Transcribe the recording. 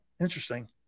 interesting